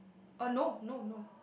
oh no no no